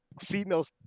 females